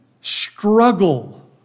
struggle